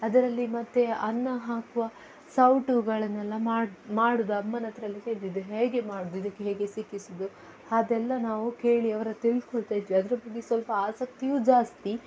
ಅದರಲ್ಲಿ ಮತ್ತೆ ಅನ್ನ ಹಾಕುವ ಸೌಟುಗಳನ್ನೆಲ್ಲ ಮಾಡಿ ಮಾಡೋದು ಅಮ್ಮನ ಹತ್ರೆಲ್ಲ ಕೇಳ್ತಿದ್ದೆ ಹೇಗೆ ಮಾಡೋದು ಇದಕ್ಕೇಗೆ ಸಿಕ್ಕಿಸೋದು ಅದೆಲ್ಲ ನಾವು ಕೇಳಿ ಅವರ ತಿಳಿದ್ಕೊಳ್ತಾಯಿದ್ವಿ ಅದರ ಬಗ್ಗೆ ಸ್ವಲ್ಪ ಆಸಕ್ತಿಯೂ ಜಾಸ್ತಿ